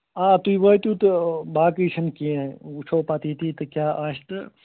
آ تُہۍ وٲتِو تہٕ باقٕے چھَنہٕ کیٚنٛہہ وُچھو پتہٕ ییٚتی تہٕ کیٛاہ آسہِ تہٕ